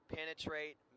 penetrate